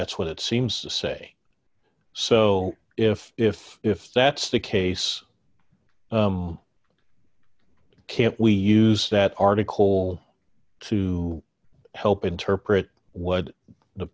that's what it seems to say so if if if that's the case can't we use that article to help interpret what the